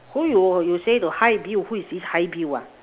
so you you say to hi Bill who is this hi Bill ah